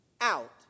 out